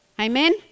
Amen